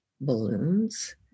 balloons